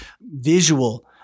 visual